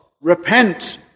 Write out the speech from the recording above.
Repent